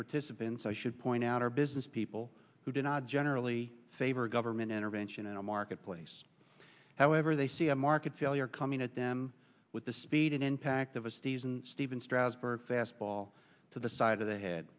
participants i should point out are business people who do not generally favor government intervention in a marketplace however they see a market failure coming at them with the speed and impact of a stephen stephen strasburg fastball to the side of the head